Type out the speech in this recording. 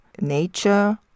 nature